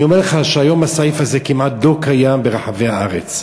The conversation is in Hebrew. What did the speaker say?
אני אומר לך שהיום הסעיף הזה כמעט לא קיים ברחבי הארץ,